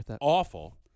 awful